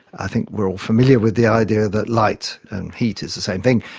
i think we are all familiar with the idea that light and heat is the same thing,